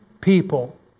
people